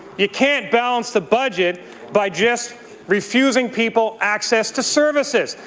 you can't balance the budget by just refusing people access to services.